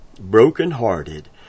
brokenhearted